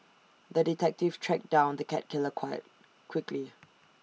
the detective tracked down the cat killer quickly